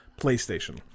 PlayStation